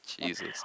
Jesus